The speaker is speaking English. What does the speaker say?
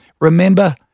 Remember